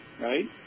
right